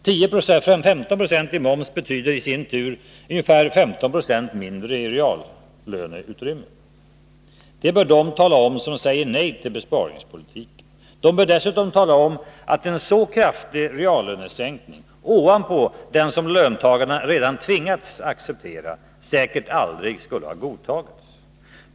15 26 i moms betyder i sin tur ca 15 20 mindre i reallöneutrymme. Det bör de tala om som säger nej till besparingspolitiken. De bör dessutom tala om att en så kraftig reallönesänkning, ovanpå den som löntagarna redan har tvingats acceptera, säkert aldrig skulle ha godtagits.